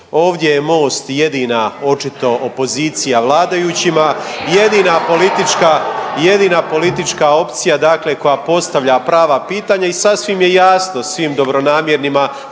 Ovdje je most jedina očito opozicija vladajućima, jedina politička opcija, dakle koja postavlja prava pitanja. I sasvim je jasno svim dobronamjernima